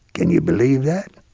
can you believe that?